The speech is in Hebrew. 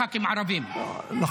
מהבמה.